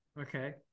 okay